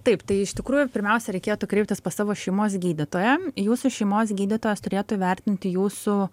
taip tai iš tikrųjų pirmiausia reikėtų kreiptis pas savo šeimos gydytoją jūsų šeimos gydytojas turėtų įvertinti jūsų